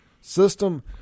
system